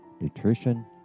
nutrition